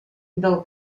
del